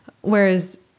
Whereas